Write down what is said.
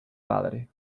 padre